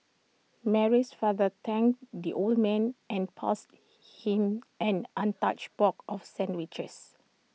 Mary's father thanked the old man and passed him an untouched box of sandwiches